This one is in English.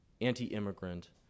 anti-immigrant